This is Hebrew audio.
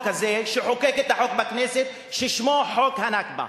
הזה שחוקק את החוק בכנסת ששמו חוק הנכבה.